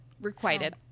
Requited